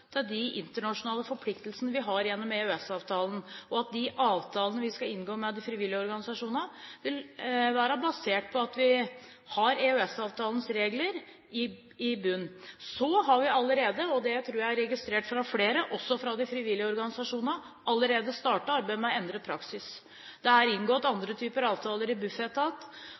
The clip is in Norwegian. til de internasjonale forpliktelsene vi har gjennom EØS-avtalen, og at de avtalene vi skal inngå med de frivillige organisasjonene, er basert på at vi har EØS-avtalens regler i bunnen. Så har vi allerede – og det tror jeg er registrert av flere, også de frivillige organisasjonene – startet arbeidet med å endre praksis. Det er inngått andre typer avtaler i Bufetat.